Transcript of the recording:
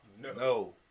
No